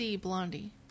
Blondie